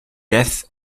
death